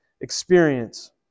experience